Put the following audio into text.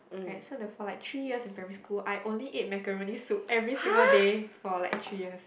right so the for like three years in primary school I only ate macaroni soup every single day for like three years